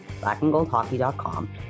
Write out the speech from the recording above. blackandgoldhockey.com